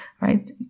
right